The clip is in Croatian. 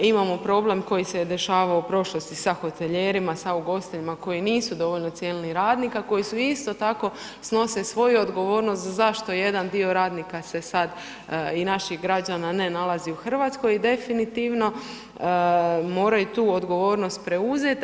Imamo problem koji se je dešavao u prošlosti sa hotelijerima, sa ugostiteljima koji nisu dovoljno cijenili radnika koji isto tako snose svoju odgovornost zašto jedan dio radnika se sada i naših građana ne nalazi u Hrvatskoj i definitivno moraju tu odgovornost preuzeti.